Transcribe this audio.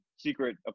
Secret